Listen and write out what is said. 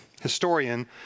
Historian